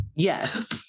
yes